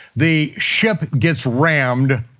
the ship gets rammed,